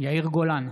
יאיר גולן,